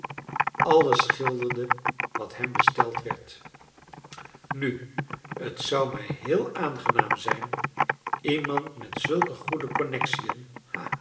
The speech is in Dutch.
alles schilderde wat hem besteld werd nu het zou mij heel aangenaam zijn iemand met zulke goede connexion ha